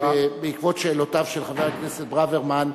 בעקבות שאלותיו של חבר הכנסת ברוורמן,